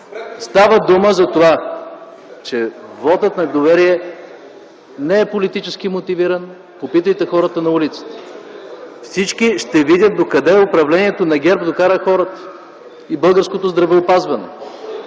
Става дума за това, че вотът на недоверие не бил политически мотивиран. Попитайте хората на улицата. Всички ще видят докъде управлението на ГЕРБ докара хората и българското здравеопазване.